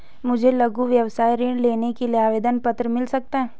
मुझे लघु व्यवसाय ऋण लेने के लिए आवेदन पत्र मिल सकता है?